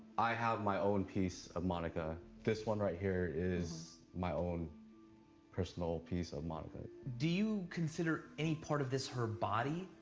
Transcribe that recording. i have my own piece of monica. this one right here is my own personal piece of monica. do you consider any part of this her body?